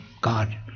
God